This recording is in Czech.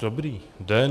Dobrý den.